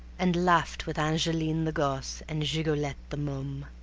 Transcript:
and laughed with angeline the gosse and gigolette the mome.